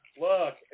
look